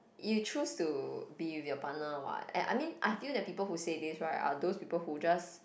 you choose to be with your partner what I mean I feel that people who said this right are those people who just